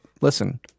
listen